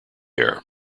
air